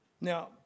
Now